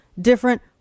different